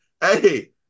hey